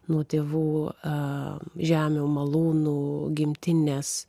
nuo tėvų žemių malūnų gimtinės